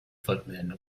footman